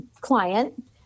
client